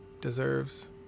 deserves